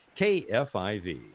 KFIV